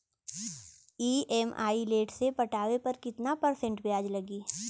EMI late से पटावे पर कितना परसेंट ब्याज लगी?